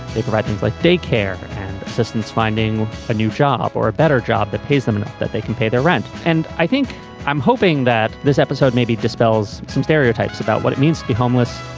they provide things like daycare and assistance, finding a new job or a better job that pays them and that they can pay their rent. and i think i'm hoping that this episode maybe dispels some stereotypes about what it means to be homeless.